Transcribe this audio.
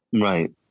Right